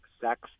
sex